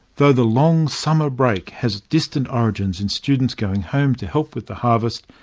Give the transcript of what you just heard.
the the long summer break has distant origins in students going home to help with the harvest,